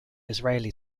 israeli